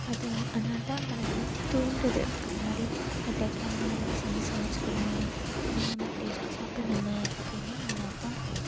அது ரொம்ப அதனால் தான் நம்மளே அது தூண்டுது அந்த மாதிரி எப்படியாச்சும் நம்மளும் இந்தமாரி செஞ்சு சமைச்சிக்கணுமே நம்மளும் இந்த மாதிரி டேஸ்ட்டாக சாப்பிட்ணுமே அப்படின்லாம் நம்மளை அதான்